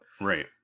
Right